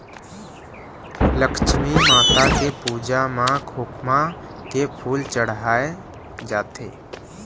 लक्छमी माता के पूजा म खोखमा के फूल चड़हाय जाथे